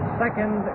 second